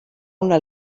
una